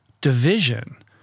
division